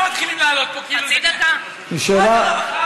מה